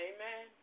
Amen